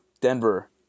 Denver